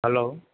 हलो